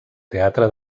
teatre